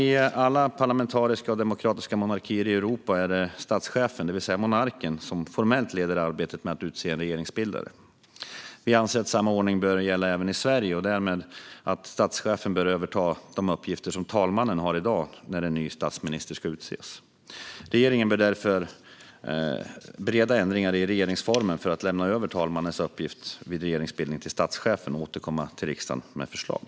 I alla parlamentariska och demokratiska monarkier i Europa är det statschefen, det vill säga monarken, som formellt leder arbetet med att utse en regeringsbildare. Vi anser att samma ordning bör gälla även i Sverige och därmed att statschefen bör överta de uppgifter som talmannen har i dag när en ny statsminister ska utses. Regeringen bör därför bereda ändringar i regeringsformen för att lämna över talmannens uppgift vid regeringsbildning till statschefen och återkomma till riksdagen med förslag.